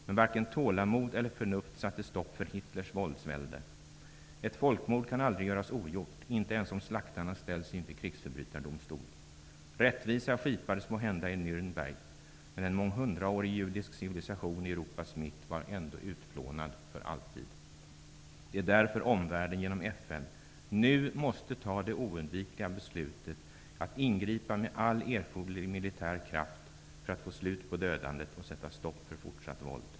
Men varken tålamod eller förnuft satte stopp för Hitlers våldsvälde. Ett folkmord kan aldrig göras ogjort -- inte ens om slaktarna ställs inför krigsförbrytardomstol. Rättvisa skipades måhända i Nürnberg, men en månghundraårig judisk civilisation i Europas mitt var ändå utplånad -- för alltid. Det är därför omvärlden genom FN nu måste ta det oundvikliga beslutet att ingripa med all erforderlig militär kraft för att få slut på dödandet och sätta stopp för fortsatt våld.